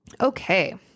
Okay